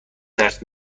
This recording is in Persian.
درس